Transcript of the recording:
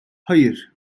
hayır